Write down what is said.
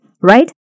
right